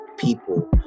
people